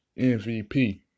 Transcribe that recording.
MVP